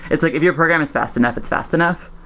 it's like if your program is fast enough, it's fast enough.